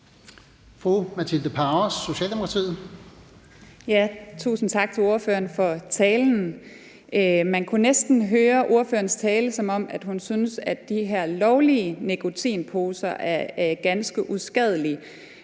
Matilde Powers (S): Tusind tak til ordføreren for talen. Man kunne næsten høre ordførerens tale, som om hun synes, at de her lovlige nikotinposer er ganske uskadelige.